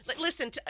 Listen